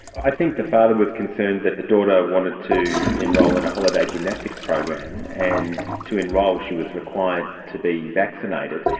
i think the father was concerned that the daughter wanted to enrol in a holiday gymnastics program and to enrol she was required to be vaccinated.